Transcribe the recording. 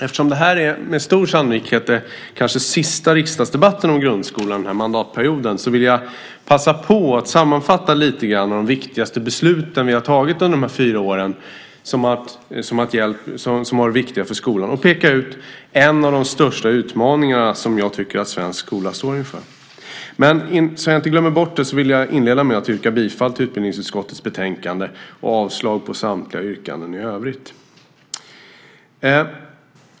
Eftersom denna debatt med stor sannolikhet är den sista riksdagsdebatten om grundskolan under den här mandatperioden vill jag passa på att sammanfatta några av de viktigaste besluten som vi har fattat under de här fyra åren och som har varit viktiga för skolan. Jag vill peka ut en av de största utmaningarna som jag tycker att svensk skola står inför. Men för att inte glömma bort det vill jag först yrka bifall till utbildningsutskottets förslag i betänkandet och avslag på samtliga yrkanden i övrigt.